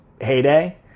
heyday